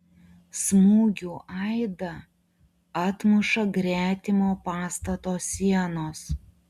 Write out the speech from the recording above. smūgių aidą atmuša gretimo pastato sienos